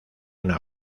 una